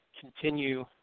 continue